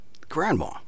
Grandma